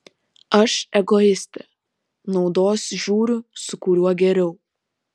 aš egoistė naudos žiūriu su kuriuo geriau